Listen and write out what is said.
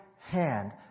hand